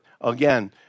again